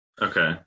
Okay